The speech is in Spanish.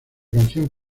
canción